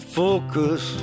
focus